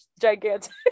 gigantic